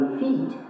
feet